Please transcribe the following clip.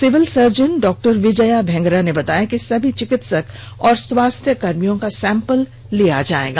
civil surgeon डॉ विजया भेंगरा ने बताया कि सभी चिकित्सकों और स्वास्थ्य कर्मियों का सैंपल लिया जाएगा